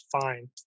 fine